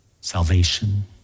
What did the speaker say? salvation